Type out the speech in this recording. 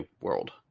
world